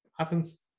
Athens